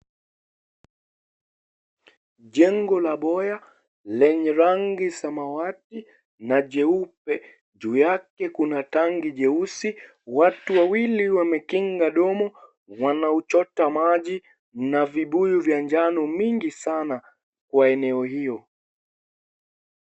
Jengo la boya lenye rangi samawati na jeupe juu yake kuna tanki jeusi watu wawili wamekinga domo wanauchota maji na vibuyu vya njano mingi sana kwa eneo hiyo.